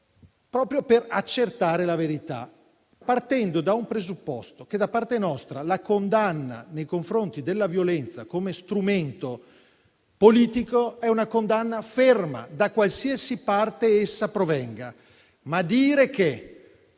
proprio per accertare la verità, partendo da un presupposto: da parte nostra, la condanna nei confronti della violenza come strumento politico è ferma, da qualsiasi parte essa provenga. Dire però